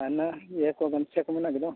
ᱟᱨ ᱚᱱᱟ ᱤᱭᱟᱹ ᱠᱚ ᱜᱟᱢᱪᱷᱟ ᱠᱚ ᱢᱮᱱᱟᱜ ᱜᱮᱫᱚ